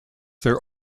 their